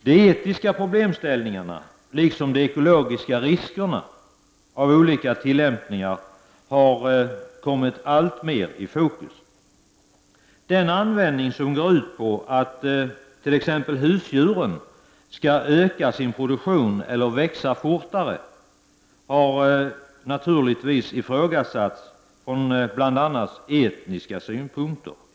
De etiska problemställningarna liksom de ekologiska riskerna av olika tillämpningar har kommit alltmer i fokus. Den användning som går ut på att t.ex. husdjuren skall öka sin produktion eller växa fortare har naturligtvis ifrågasatts från bl.a. etiska utgångspunkter.